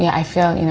yeah i feel, yeah